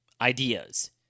ideas